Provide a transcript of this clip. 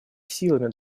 силами